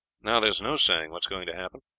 now there is no saying what is going to happen.